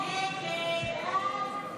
הסתייגות 70 לא נתקבלה.